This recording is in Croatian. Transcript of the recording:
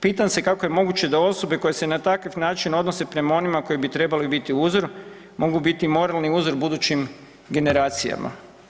Pitam se kako je moguće da osobe koje se na takav način odnose prema onima koji bi trebali biti uzor mogu biti moralni uzor budućim generacijama.